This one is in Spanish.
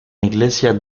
iglesia